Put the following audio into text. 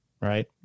right